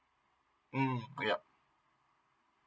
mm yup